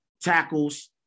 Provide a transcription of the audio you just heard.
tackles